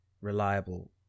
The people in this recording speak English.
reliable